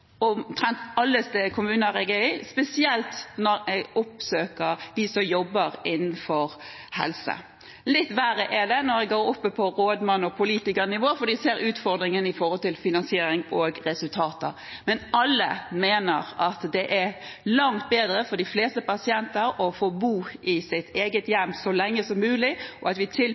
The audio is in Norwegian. omtrent alle kommuner jeg besøker, og det gjelder spesielt når jeg oppsøker dem som jobber innenfor helsefeltet i kommunen. Det er litt verre når jeg snakker med folk på rådmanns- og politikernivå, for de ser utfordringene når det gjelder finansiering og resultater. Men alle mener at det er langt bedre for de fleste pasienter å få bo i sitt eget